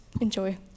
enjoy